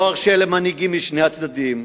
לא ארשה למנהיגים משני הצדדים,